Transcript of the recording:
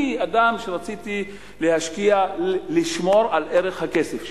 אני אדם ש, רציתי להשקיע, לשמור על ערך הכסף שלי,